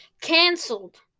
cancelled